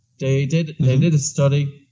they did they did a study.